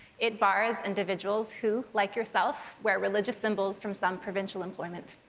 it bars individuals who, like yourself, wear religious symbols from some provincial employments.